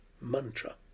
mantra